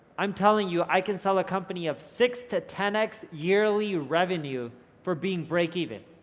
i'm telling you, i can sell a company of six to ten x yearly revenue for being break even.